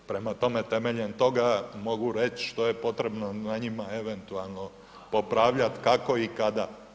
Prema tome, temeljem toga mogu reći što je potrebno na njima eventualno popravljati, kako i kada.